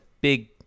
big